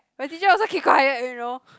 my teacher also keep quiet you know